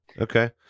Okay